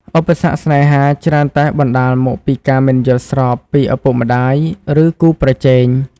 ឧបសគ្គស្នេហា ច្រើនតែបណ្តាលមកពីការមិនយល់ស្របពីឪពុកម្តាយឬគូប្រជែង។